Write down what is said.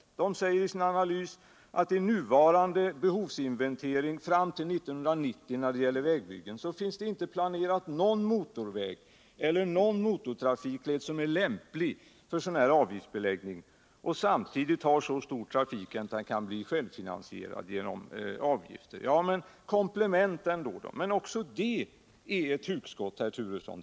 I sin analys säger man att i nuvarande behovsinventering fram till 1990 vad gäller vägbyggen finns inte planerad någon motorväg celler motortrafikled som är lämplig för avgiftsbeläggning och samtidigt tar så stor trafik att den kan bli självfinansierad genom avgiftsbeläggning. Kan då avgiftsbeläggning vara ett komplement till budgetfinansieringen? Nej, också det är ett hugskott, herr Turesson.